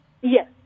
Yes